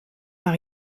par